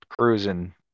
cruising